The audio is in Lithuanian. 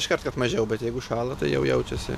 iš kart kad mažiau bet jeigu šąla tai jau jaučiasi